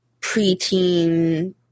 preteen